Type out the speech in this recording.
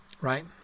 right